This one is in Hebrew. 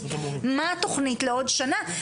מה התכנית לעוד שנה.